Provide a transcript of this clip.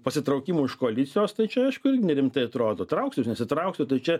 pasitraukimų iš koalicijos tai čia aišku irgi nerimtai atrodo trauksiuos nesitrauksiu tai čia